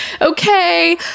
Okay